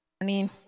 Morning